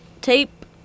tape